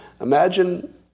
Imagine